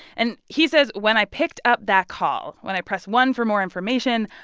and he says when i picked up that call, when i pressed one for more information,